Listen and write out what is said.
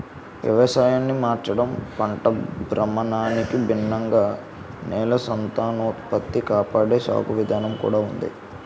వ్యవసాయాన్ని మార్చడం, పంట భ్రమణానికి భిన్నంగా నేల సంతానోత్పత్తి కాపాడే సాగు విధానం కూడా ఉంది